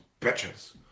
bitches